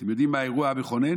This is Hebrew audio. אתם יודעים מה האירוע המכונן?